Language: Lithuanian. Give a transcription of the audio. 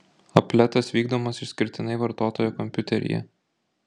apletas vykdomas išskirtinai vartotojo kompiuteryje